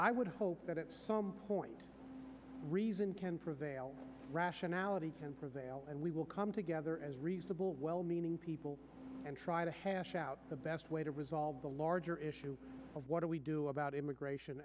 i would hope that at some point reason can prevail rationality tempers ale and we will come together as reasonable well meaning people and try to hash out the best way to resolve the larger issue of what do we do about immigration